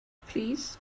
plîs